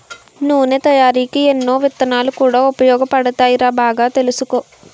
నూనె తయారికీ ఎన్నో విత్తనాలు కూడా ఉపయోగపడతాయిరా బాగా తెలుసుకో